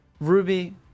Ruby